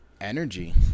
energy